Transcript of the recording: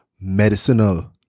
medicinal